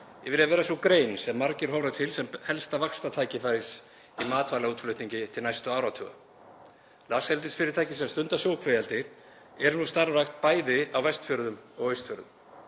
yfir í að vera sú grein sem margir horfa til sem helsta vaxtartækifæris í matvælaútflutningi til næstu áratuga. Laxeldisfyrirtæki sem stunda sjókvíaeldi eru nú starfrækt bæði á Vestfjörðum og Austfjörðum.